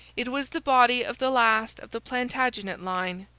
it was the body of the last of the plantagenet line,